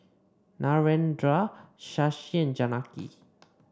Narendra Shashi and Janaki